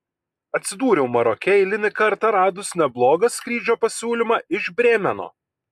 atsidūriau maroke eilinį kartą radus neblogą skrydžio pasiūlymą iš brėmeno